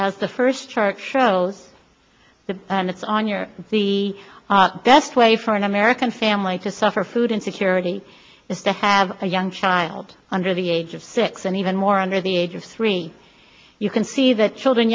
as the first chart shows the it's on your the best way for an american family to suffer food insecurity is to have a young child under the age of six and even more under the age of three you can see that children